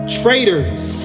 traitors